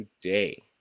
today